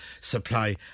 supply